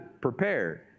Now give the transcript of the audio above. prepared